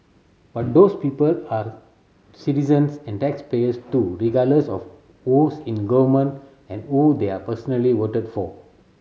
but those people are citizens and taxpayers too regardless of who's in government and who they are personally voted for